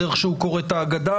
הדרך שהוא קורא את ההגדה,